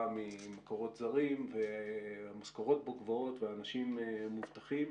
ממקורות זרים והמשכורות בו גבוהות ואנשים מובטחים.